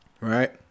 Right